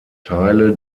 teile